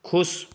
ख़ुश